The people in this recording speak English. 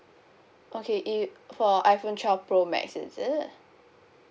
okay if for iphone twelve pro max is it